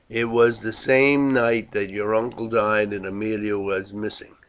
it was the same night that your uncle died and aemilia was missing.